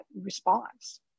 response